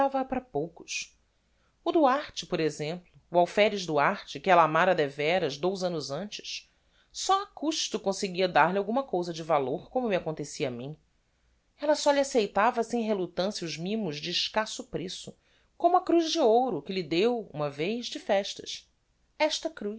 para poucos o duarte por exemplo o alferes duarte que ella amára devéras dous annos antes só a custo conseguia dar-lhe alguma cousa de valor como me acontecia a mim ella só lhe aceitava sem reluctancia os mimos de escasso preço como a cruz de ouro que lhe deu uma vez de festas esta